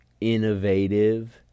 innovative